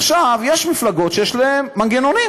עכשיו, יש מפלגות שיש להן מנגנונים,